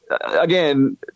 again